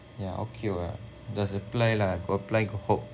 yeah okay [what] just apply lah got apply got hope